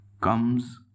comes